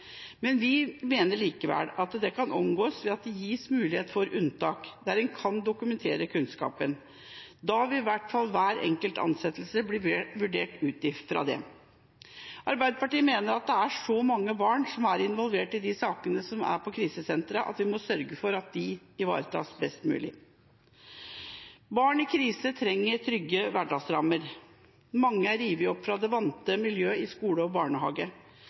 men hun er skeptisk til å stille krav i lovverket om dette. Det er riktig at det er mange som har god erfaring og god realkompetanse, og at et for rigid krav kan bidra til å gjøre rekruttering vanskelig i deler av landet. Vi mener likevel at det kan omgås ved at det gis mulighet for unntak der en kan dokumentere kunnskapen. Da vil i hvert fall hver enkelt ansettelse bli vurdert ut ifra det. Arbeiderpartiet mener at det er så mange barn som er involvert i sakene på